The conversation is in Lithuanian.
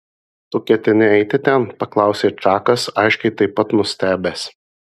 tu ketini eiti ten paklausė čakas aiškiai taip pat nustebęs